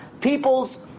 people's